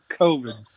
COVID